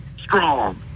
strong